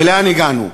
ולאן הגענו?